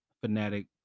fanatic